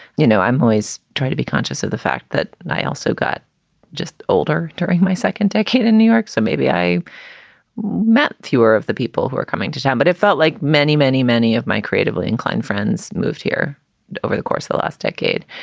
you know, i'm always trying to be conscious of the fact that i also got just older during my second decade in new york. so maybe i met fewer of the people who are coming to town. but it felt like many, many, many of my creatively inclined friends moved here over the course of the last decade.